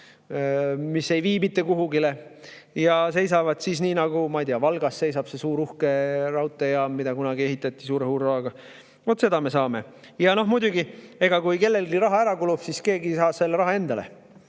ei vii mitte kuhugi. Need seisavad siis, nagu, ma ei tea, Valgas seisab see suur uhke raudteejaam, mida kunagi ehitati suure hurraaga. Vaat seda me saame. Ja noh, muidugi, kui kellelgi raha ära kulub, siis keegi teine saab selle raha endale.